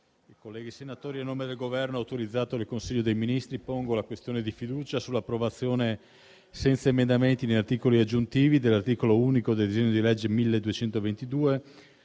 onorevoli senatori, a nome del Governo, autorizzato dal Consiglio dei ministri, pongo la questione di fiducia sull'approvazione, senza emendamenti né articoli aggiuntivi, dell'articolo unico del disegno di legge n.